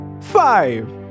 Five